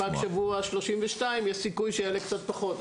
יש סיכוי שפג בשבוע 32 יעלה קצת פחות,